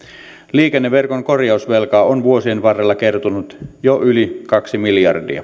liikenneverkon korjausvelkaa on vuosien varrella kertynyt jo yli kaksi miljardia